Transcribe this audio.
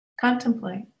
contemplate